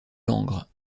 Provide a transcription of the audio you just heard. langres